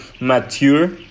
mature